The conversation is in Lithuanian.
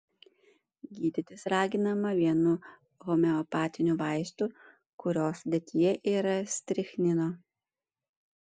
gydytis raginama vienu homeopatiniu vaistu kurio sudėtyje yra strichnino